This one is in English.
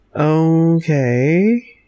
Okay